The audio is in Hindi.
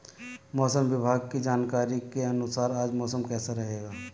मौसम विभाग की जानकारी के अनुसार आज मौसम कैसा रहेगा?